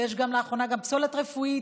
ויש לאחרונה גם פסולת רפואית,